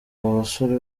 basore